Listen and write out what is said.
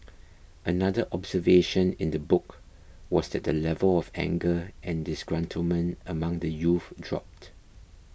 another observation in the book was that the level of anger and disgruntlement among the youth dropped